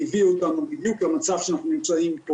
הביאו אותנו בדיוק למצב בו אנחנו נמצאים.